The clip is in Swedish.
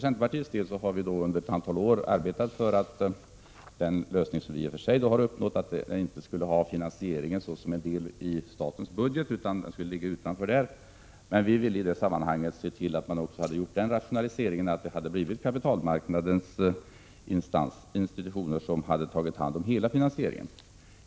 Centerpartiet har under ett antal år arbetat för att bostadsfinansieringen skulle ligga utanför statens budget. Det hade varit en rationalisering att kapitalmarknadsinstitutionerna tagit hand om hela finansieringen.